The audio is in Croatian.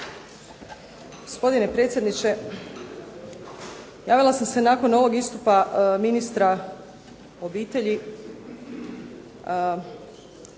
Gospodine predsjedniče javila sam se nakon ovog istupa ministra obitelji.